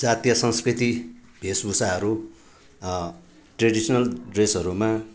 जातीय संस्कृति वेशभूषाहरू ट्रेडिसनल ड्रेसहरूमा